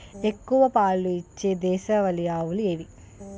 ఎక్కువ పాలు ఇచ్చే దేశవాళీ ఆవులు ఏవి?